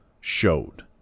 showed